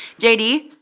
JD